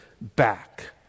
back